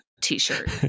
T-shirt